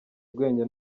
ubwenge